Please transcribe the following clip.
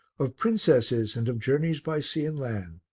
of princesses and of journeys by sea and land.